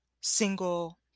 single